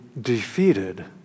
defeated